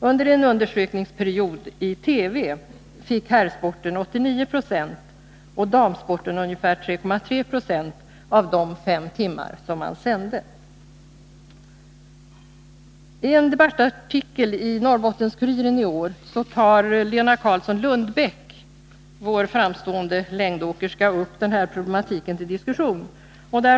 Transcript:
Under en undersökningsperiod i TV fick herrsporten 89 20 och damsporten ungefär 3,3 70 av de fem timmar man sände. I en debattartikel i Norrbottens-Kuriren i år tar Lena Carlzon-Lundbäck, vår framstående längdåkerska, upp den här problematiken till diskussion.